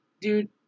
dude –